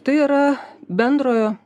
tai yra bendrojo